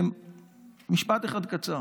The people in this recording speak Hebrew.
במשפט אחד קצר: